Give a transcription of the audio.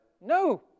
No